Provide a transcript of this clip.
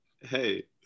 Hey